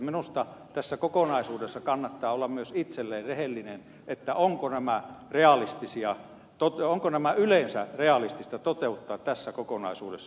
minusta tässä kokonaisuudessa kannattaa olla myös itselleen rehellinen sen suhteen onko yleensä realistista toteuttaa ne tässä kokonaisuudessa